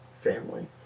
family